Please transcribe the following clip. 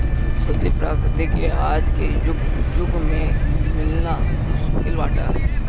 शुद्ध प्राकृतिक पदार्थ आज के जुग में मिलल मुश्किल बाटे